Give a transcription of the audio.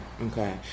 Okay